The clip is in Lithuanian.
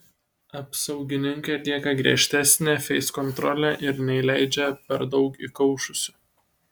apsaugininkai atlieka griežtesnę feiskontrolę ir neįleidžia per daug įkaušusių